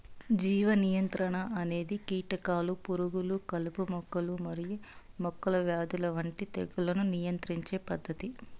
జీవ నియంత్రణ అనేది కీటకాలు, పురుగులు, కలుపు మొక్కలు మరియు మొక్కల వ్యాధుల వంటి తెగుళ్లను నియంత్రించే పద్ధతి